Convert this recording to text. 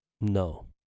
no